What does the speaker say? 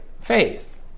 faith